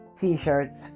T-shirts